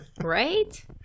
Right